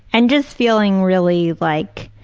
and just feeling really like,